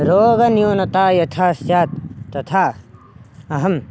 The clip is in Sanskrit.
रोगन्यूनता यथा स्यात् तथा अहं